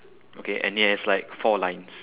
okay and he has like four lines